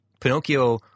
Pinocchio